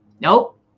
Nope